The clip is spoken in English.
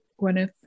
Gwyneth